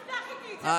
אל תפתח את זה איתי בכלל.